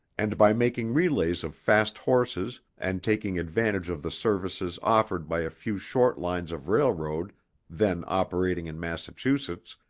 and by making relays of fast horses and taking advantage of the services offered by a few short lines of railroad then operating in massachusetts,